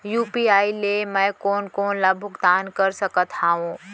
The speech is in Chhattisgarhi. यू.पी.आई ले मैं कोन कोन ला भुगतान कर सकत हओं?